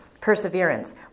perseverance